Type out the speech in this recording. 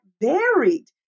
varied